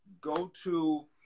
go-to